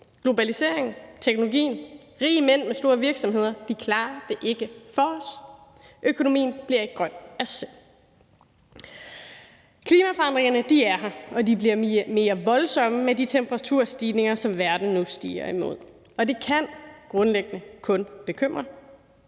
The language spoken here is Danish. Globaliseringen, teknologien, rige mænd med store virksomheder klarer det ikke for os; økonomien bliver ikke grøn af sig selv. Klimaforandringerne er her, og de bliver mere voldsomme med de temperaturstigninger, som verden nu stirrer ind i, og det kan grundlæggende kun bekymre,